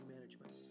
Management